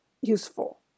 useful